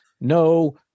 no